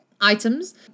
items